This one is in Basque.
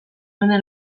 mende